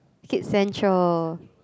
Kids Central